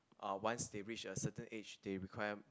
uh once they reach a certain age they require